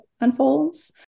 unfolds